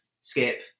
Skip